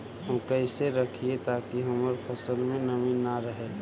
हम कैसे रखिये ताकी हमर फ़सल में नमी न रहै?